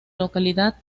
localidad